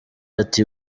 ati